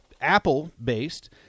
apple-based